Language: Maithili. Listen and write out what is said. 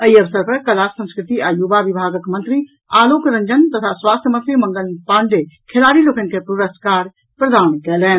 एहि अवसर पर कला संस्कृति आ युवा विभाकक मंत्री आलोक रंजन तथा स्वास्थ्य मंत्री मंगल पांडेय खेलाड़ी लोकनि के पुरस्कार प्रदान कयलनि